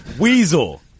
Weasel